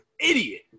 idiot